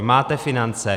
Máte finance.